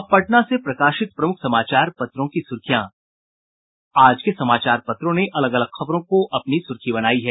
अब पटना से प्रकाशित प्रमुख समाचार पत्रों की सुर्खियां आज के समाचार पत्रों ने अलग अलग खबरों की अपनी सुर्खी बनायी है